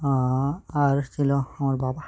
আ আর ছিল আমার বাবা